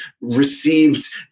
received